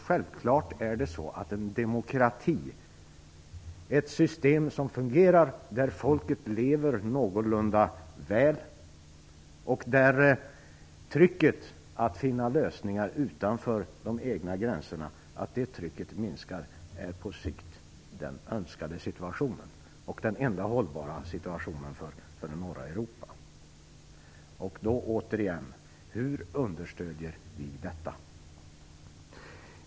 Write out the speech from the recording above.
Självfallet är det så att en demokrati, ett system som fungerar, där folket lever någorlunda väl och där trycket att finna lösningar utanför de egna gränserna minskar, på sikt är den önskade situationen och den enda hållbara situationen för norra Europa. Då är frågan återigen: Hur understöder vi detta?